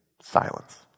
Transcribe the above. silence